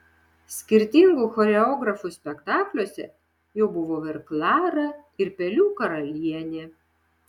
skirtingų choreografų spektakliuose jau buvau ir klara ir pelių karalienė